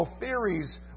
theories